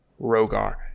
Rogar